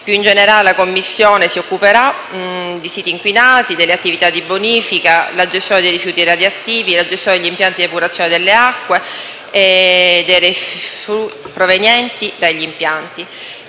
Più in generale, la Commissione si occuperà di siti inquinati, delle attività di bonifica, della gestione dei rifiuti radioattivi, della gestione degli impianti di depurazione delle acque reflue, della verifica dello stato